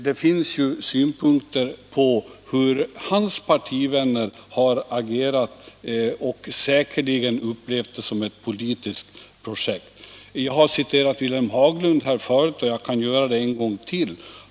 Det finns synpunkter på hur hans partivänner har agerat; de har säkerligen upplevt det som ett politiskt projekt. Jag har tidigare citerat Wilhelm Haglund, och jag kan göra det en gång till.